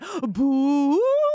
boo